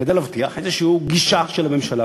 כדי להבטיח איזו גישה של הממשלה,